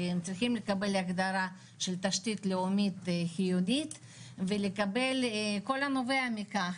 צריכים לקבל הגדרה של תשתית לאומית חיונית ולקבל את כל הנובע מכך.